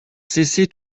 cessé